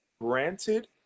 granted